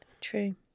True